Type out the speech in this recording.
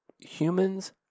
Humans